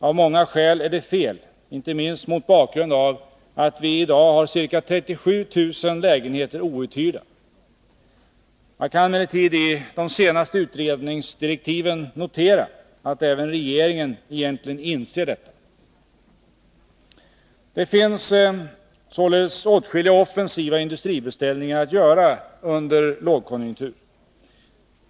Av många skäl är det fel, inte minst mot bakgrund av att vi i dag har ca 37 000 lägenheter outhyrda. Jag kan emellertid i de senaste utredningsdirektiven notera att även regeringen egentligen inser detta. Det finns således åtskilliga offensiva industribeställningar att göra under lågkonjunktur.